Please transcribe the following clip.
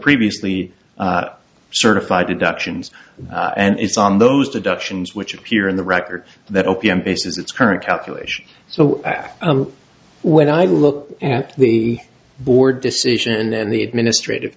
previously certified deductions and it's on those deductions which appear in the record that o p m bases its current calculation so when i look at the board decision and the administrative